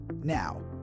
Now